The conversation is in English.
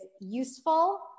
useful